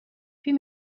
puis